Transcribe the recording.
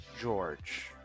George